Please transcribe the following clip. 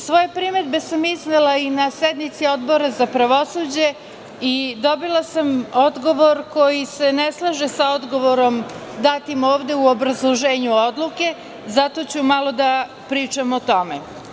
Sve primedbe sam iznela i sednici Odbora pravosuđa i dobila sam odgovor koji se ne slaže sa odgovorom datim u obrazloženju odluke i zato ću malo da pričam o tome.